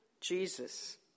Jesus